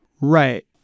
Right